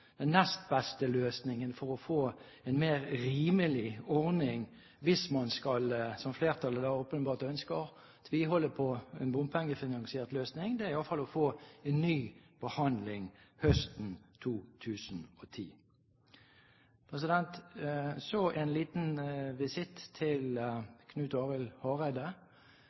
Den nest beste løsningen for å få en mer rimelig ordning hvis man skal tviholde på en bompengefinansiert løsning, som flertallet åpenbart ønsker, er i alle fall å få en ny behandling høsten 2010. Så en liten visitt til Knut Arild